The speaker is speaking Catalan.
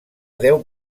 deu